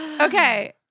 Okay